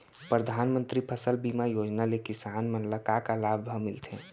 परधानमंतरी फसल बीमा योजना ले किसान मन ला का का लाभ ह मिलथे?